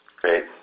Great